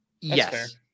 Yes